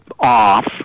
off